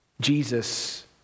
Jesus